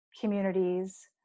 communities